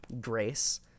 grace